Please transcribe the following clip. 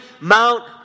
Mount